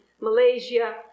Malaysia